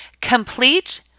complete